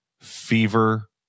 fever